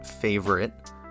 favorite